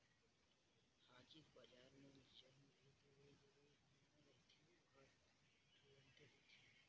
हाजिर बजार म जउन भी लेवई देवई होना रहिथे ओहा तुरते होथे